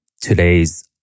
today's